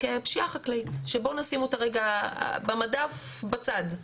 כפשיעה חקלאית, שבוא נשים אותה רגע במדף בצד,